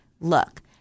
Look